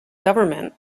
government